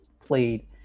played